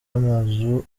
amazu